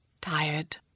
Tired